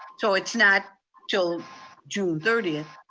so it's not til june thirtieth.